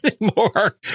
anymore